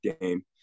game